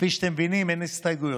כפי שאתם מבינים, אין הסתייגויות.